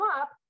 up